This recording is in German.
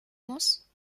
muss